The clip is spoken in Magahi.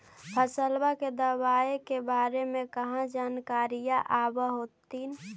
फसलबा के दबायें के बारे मे कहा जानकारीया आब होतीन?